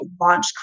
launch